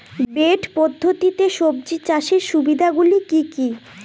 Bed পদ্ধতিতে সবজি চাষের সুবিধাগুলি কি কি?